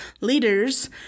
leaders